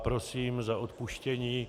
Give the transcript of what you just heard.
Prosím za odpuštění